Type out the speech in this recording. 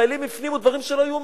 חיילים הפנימו דברים שלא היו,